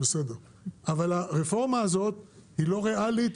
אבל הרפורמה הזאת היא לא ריאלית,